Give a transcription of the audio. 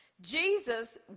Jesus